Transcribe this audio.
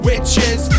Witches